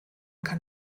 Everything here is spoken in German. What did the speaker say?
kann